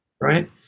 Right